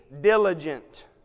diligent